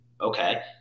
okay